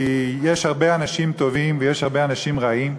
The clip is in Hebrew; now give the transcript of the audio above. כי יש הרבה אנשים טובים ויש הרבה אנשים רעים,